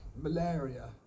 Malaria